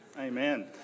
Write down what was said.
Amen